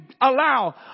allow